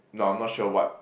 no I'm not sure what